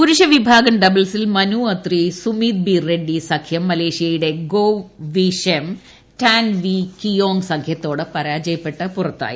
പുരുഷ വിഭാഗം ഡബിൾസിൽ മനു അത്രി സുമീത് ബി റെഡ്സി സഖ്യം മലേഷ്യയുടെ Goh V Shem Tan Wee Kiong സഖ്യത്തോട് പരാജയപ്പെട്ട് പുറത്തായി